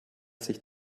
sich